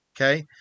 okay